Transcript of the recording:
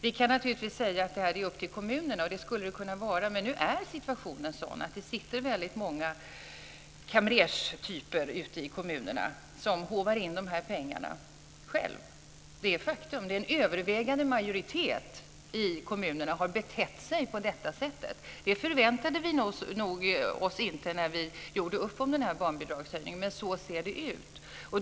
Vi kan naturligtvis säga att det är upp till kommunerna - det skulle kunna vara så - men många kamrerstyper sitter nu och håvar in dessa pengar för kommunernas egen räkning. Det är ett faktum. En övervägande majoritet av kommunerna har betett sig på detta sätt. Det förväntade vi oss nog inte när vi gjorde upp om den här barnbidragshöjningen, men så ser det ut.